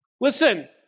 Listen